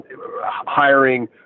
hiring